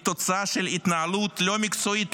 היא תוצאה של התנהלות לא מקצועית,